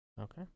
Okay